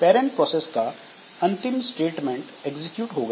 parent process का अंतिम statement execute हो गया